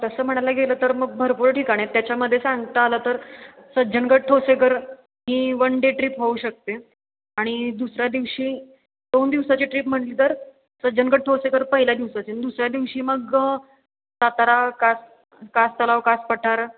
तसं म्हणायला गेलं तर मग भरपूर ठिकाणं आहेत त्याच्यामध्ये सांगता आलं तर सज्जनगड ठोसेघर ही वन डे ट्रीप होऊ शकते आणि दुसऱ्या दिवशी दोन दिवसांची ट्रीप म्हणली तर सज्जनगड ठोसेघर पहिल्या दिवसाचे दुसऱ्या दिवशी मग सातारा कास कास तलाव कास पठार